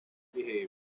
behavior